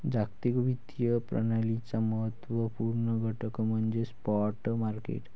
जागतिक वित्तीय प्रणालीचा महत्त्व पूर्ण घटक म्हणजे स्पॉट मार्केट